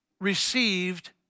received